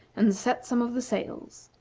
and set some of the sails.